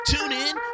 TuneIn